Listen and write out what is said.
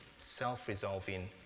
Self-resolving